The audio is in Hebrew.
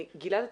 גלעד,